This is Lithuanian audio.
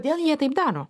dėl jie taip daro